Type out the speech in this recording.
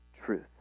truth